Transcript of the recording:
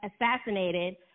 assassinated